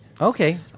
Okay